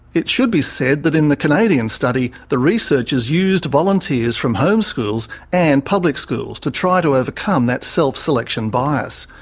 it should be said that in the canadian study, the researchers used volunteers from home schools and public schools, to try to overcome that self-selection bias.